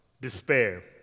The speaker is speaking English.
despair